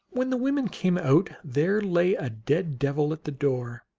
when the women came out, there lay a dead devil at the door.